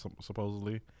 supposedly